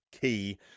key